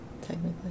technically